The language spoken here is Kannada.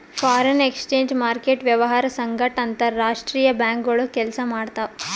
ಫಾರೆನ್ ಎಕ್ಸ್ಚೇಂಜ್ ಮಾರ್ಕೆಟ್ ವ್ಯವಹಾರ್ ಸಂಗಟ್ ಅಂತರ್ ರಾಷ್ತ್ರೀಯ ಬ್ಯಾಂಕ್ಗೋಳು ಕೆಲ್ಸ ಮಾಡ್ತಾವ್